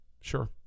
Sure